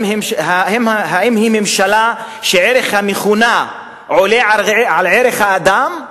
האם היא ממשלה שערך המכונה עולה בה על ערך האדם?